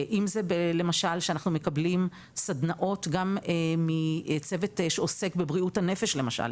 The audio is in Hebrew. אם זה למשל כשאנחנו מקבלים סדנאות גם מצוות שעוסק בבריאות הנפש למשל,